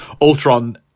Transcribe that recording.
Ultron